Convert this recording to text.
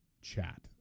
chat